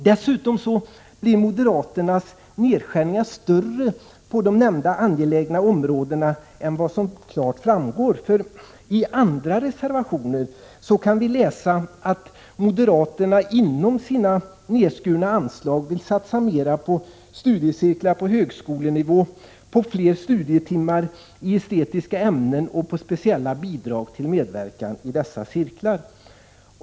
Dessutom blir moderaternas nedskärningar större på de nämnda angelägna områdena än vad som klart framgår, för i andra reservationer kan man läsa att moderaterna inom sina nedskurna anslag vill satsa mer på studiecirklar på högskolenivå, på fler studietimmar i estetiska ämnen och på speciella bidrag för medverkan i dessa cirklar.